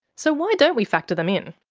so why don't we factor them in?